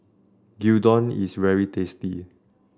Gyudon is very tasty